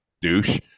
douche